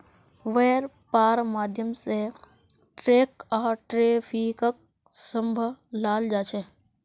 वैपार्र माध्यम से टैक्स आर ट्रैफिकक सम्भलाल जा छे